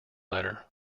letter